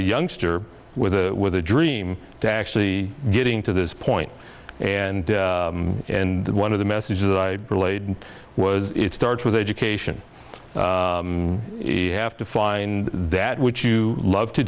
youngster with a with a dream to actually getting to this point and and one of the messages that i relayed was it starts with education you have to find that which you love to